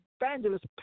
evangelist